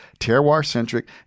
terroir-centric